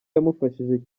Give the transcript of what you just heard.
yamufashije